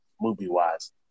movie-wise